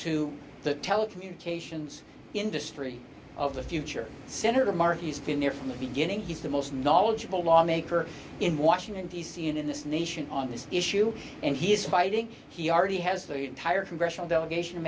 to the telecommunications industry of the future senator markey has been there from the beginning he's the most knowledgeable lawmaker in washington d c and in this nation on this issue and he is fighting he already has the entire congressional delegation of